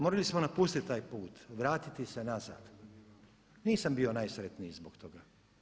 Morali smo napustiti taj put, vratiti se nazad, nisam bio najsretniji zbog toga.